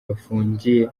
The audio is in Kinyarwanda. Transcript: bafungiye